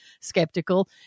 skeptical